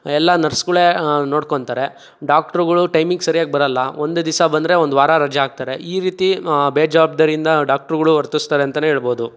ಎಲ್ಲ ನರ್ಸ್ಗಳೆ ನೋಡ್ಕೊಂತಾರೆ ಡಾಕ್ಟ್ರುಗಳು ಟೈಮಿಗೆ ಸರಿಯಾಗಿ ಬರೋಲ್ಲ ಒಂದು ದಿವಸ ಬಂದರೆ ಒಂದು ವಾರ ರಜೆ ಹಾಕ್ತಾರೆ ಈ ರೀತಿ ಬೇಜವಾಬ್ದಾರಿಯಿಂದ ಡಾಕ್ಟ್ರುಗಳು ವರ್ತಿಸ್ತರೆ ಅಂತ ಹೇಳ್ಬೌದು